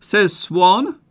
says juan